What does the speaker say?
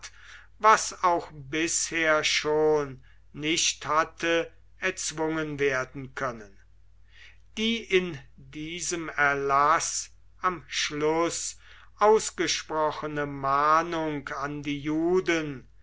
was auch bisher schon nicht hatte erzwungen werden können die in diesem erlaß am schluß ausgesprochene mahnung an die juden